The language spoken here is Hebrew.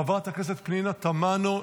חברת הכנסת פנינה תמנו,